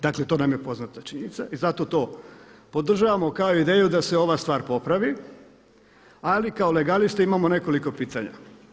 Dakle to nam je poznata činjenica i zato to podržavamo kao ideju da se ova stvar popravi ali kao legalista imamo nekoliko pitanja.